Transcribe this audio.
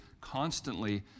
constantly